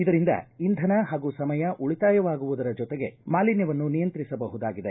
ಇದರಿಂದ ಇಂಧನ ಹಾಗೂ ಸಮಯ ಉಳಿತಾಯವಾಗುವುದರ ಜೊತೆಗೆ ಮಾಲಿನ್ಯವನ್ನು ನಿಯಂತ್ರಿಸಬಹುದಾಗಿದೆ